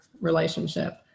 relationship